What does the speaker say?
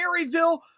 Maryville